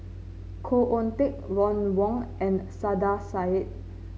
Khoo Oon Teik Ron Wong and Saiedah Said